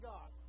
God